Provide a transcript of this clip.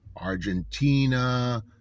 argentina